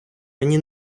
мені